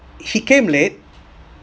he came late